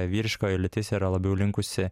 vyriškoji lytis yra labiau linkusi